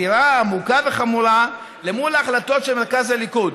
סתירה עמוקה וחמורה למול ההחלטות של מרכז הליכוד.